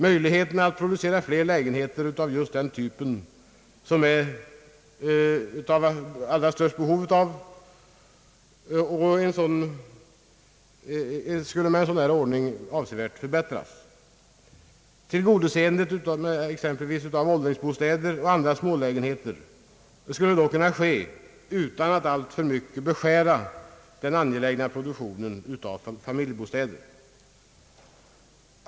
Möjligheterna att producera fler sådana lägenheter som det föreligger störst behov av skulle med en sådan ordning avsevärt förbättras. Tillgodoseendet av exempelvis åldringsbostäder och andra smålägenheter skulle då kunna ske utan att man alltför mycket behövde beskära den angelägna produktionen av familjebostäder.